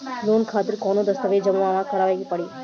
Loan खातिर कौनो दस्तावेज जमा करावे के पड़ी?